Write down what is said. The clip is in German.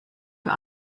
für